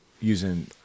using